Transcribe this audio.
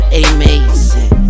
amazing